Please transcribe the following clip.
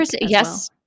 yes